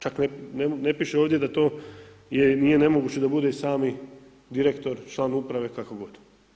Čak ne piše ovdje da to je, nije moguće da bude i sami direktor, član uprave i kako god.